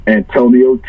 Antonio